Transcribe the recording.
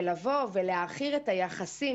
להעכיר את היחסים